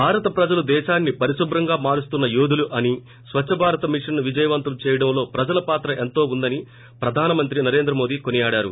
భారత ప్రజలు దేశాన్ని పరిశుభ్రంగా మారుస్తున్న యోధులు అని స్వచ్చభారత్ మిషన్ను విజయవంతం చేయడంలో ప్రజల పాత్ర ఎంతో ఉందని ప్రధానమంత్రి నరేంద్ర మోదీ కొనియాడారు